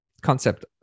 concept